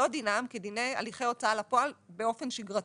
לא דינם כדיני הליכי הוצאה לפועל באופן שגרתי,